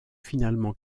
finalement